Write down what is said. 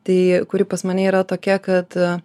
tai kuri pas mane yra tokia kad